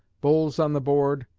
bowls on the board,